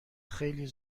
خیلی